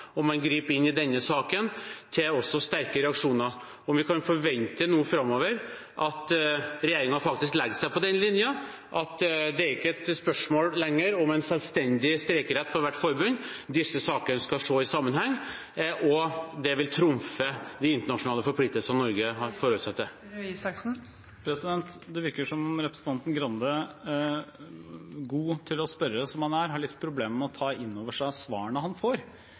Man griper inn i denne saken, også til sterke reaksjoner. Kan vi forvente nå framover at regjeringen faktisk legger seg på den linjen at det ikke er et spørsmål lenger om en selvstendig streikerett for hvert forbund, men at disse sakene skal ses i sammenheng, og at det vil trumfe de internasjonale forpliktelsene Norge har å forholde seg til? Det virker som representanten Grande, god til å spørre som han er, har litt problemer med å ta inn over seg svarene han får.